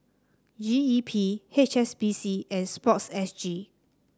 G E P H S B C and sports S G